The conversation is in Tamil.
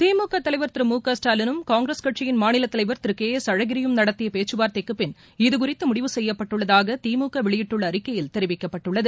திமுக தலைவர் திரு முகஸ்டாலினும் காங்கிரஸ் கட்சியின் மாநிலத் தலைவர் திரு கே எஸ் அழகிரியும் நடத்திய பேச்சுவார்த்தைக்கு பின் இதுகுறித்து முடிவு சுப்யப்பட்டுள்ளதாக திமுக வெளியிட்டுள்ள அறிக்கையில் தெரிவிக்கப்பட்டுள்ளது